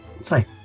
say